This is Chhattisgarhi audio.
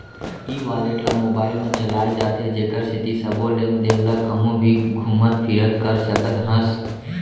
ई वालेट ल मोबाइल म चलाए जाथे जेकर सेती सबो लेन देन ल कहूँ भी घुमत फिरत कर सकत हस